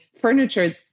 furniture